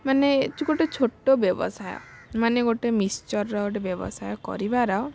ମାନେ ଗୋଟେ ଛୋଟ ବ୍ୟବସାୟ ମାନେ ଗୋଟେ ମିକ୍ସଚର୍ର ଗୋଟେ ବ୍ୟବସାୟ କରିବାର